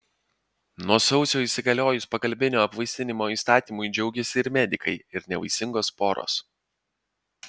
nuo sausio įsigaliojus pagalbinio apvaisinimo įstatymui džiaugėsi ir medikai ir nevaisingos poros